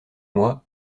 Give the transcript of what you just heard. mois